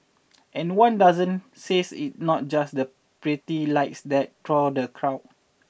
and one docent says it's not just the pretty lights that draw the crowds